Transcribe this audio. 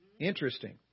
Interesting